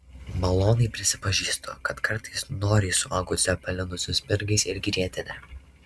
maloniai prisipažįstu kad kartais noriai suvalgau cepelinų su spirgais ir grietine